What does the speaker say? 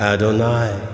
Adonai